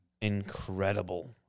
incredible